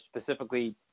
specifically